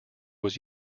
was